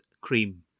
cream